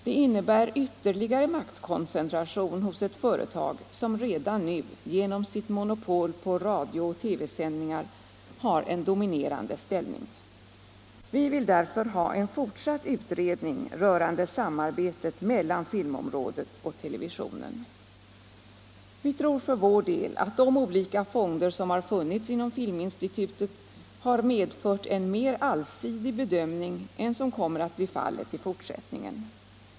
Det innebär ytterligare maktkoncentration hos ett företag som redan nu genom sitt monopol på radiooch TV-sändningar har en dominerande ställning. Vi vill därför ha en fortsatt utredning rörande samarbetet mellan filmområdet och televisionen. Vi tror för vår del att de olika fonder som har funnits inom Filminstitutet har medfört en mer allsidig bedömning än som kommer att bli fallet i fortsättningen.